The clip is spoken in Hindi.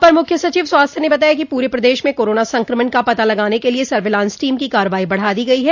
अपर मुख्य सचिव स्वास्थ्य ने बताया कि पूरे प्रदेश में कोरोना संक्रमण का पता लगाने के लिये सर्विलांस टीम की कार्रवाई बढ़ा दी गई है